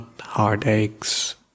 heartaches